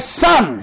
son